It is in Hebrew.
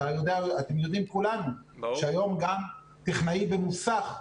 אתם יודעים שהיום גם טכנאי במוסך,